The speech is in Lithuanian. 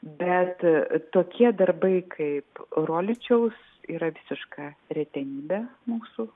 bet tokie darbai kaip roličiaus yra visiška retenybė mūsų